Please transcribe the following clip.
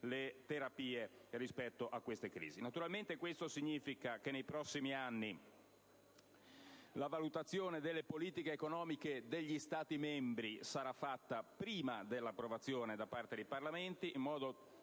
le terapie per tali crisi. Naturalmente ciò significa che nei prossimi anni la valutazione delle politiche economiche degli Stati membri sarà fatta prima dell'approvazione da parte dei Parlamenti, in modo